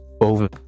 over